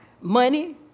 money